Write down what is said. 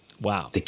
Wow